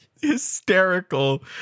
Hysterical